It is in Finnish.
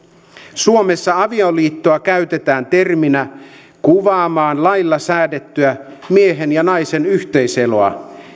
suomessa avioliittoa käytetään terminä kuvaamaan lailla säädettyä miehen ja naisen yhteiseloa